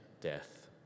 death